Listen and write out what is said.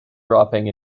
dropping